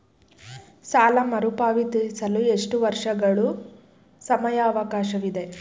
ಸಾಲ ಮರುಪಾವತಿಸಲು ಎಷ್ಟು ವರ್ಷಗಳ ಸಮಯಾವಕಾಶವಿದೆ?